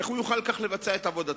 איך הוא יוכל כך לבצע את עבודתו?